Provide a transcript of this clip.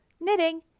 knitting